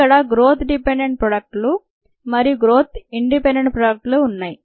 ఇక్కడ growth dependent product లు మరియు గ్రోత్ ఇండిపెండెంట్ ప్రొడక్ట్ లు ఉన్నాయి